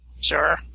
Sure